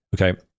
Okay